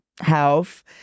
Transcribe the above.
health